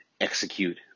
execute